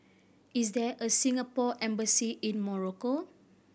is there a Singapore Embassy in Morocco